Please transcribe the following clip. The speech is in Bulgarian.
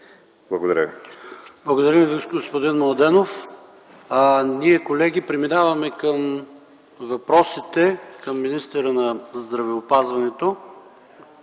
ШОПОВ: Благодаря Ви, господин Младенов. Колеги, преминаваме към въпросите към министъра на здравеопазването